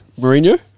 Mourinho